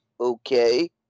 Okay